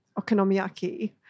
Okonomiyaki